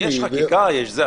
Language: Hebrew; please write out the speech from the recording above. יש חקיקה, יש זה.